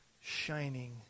shining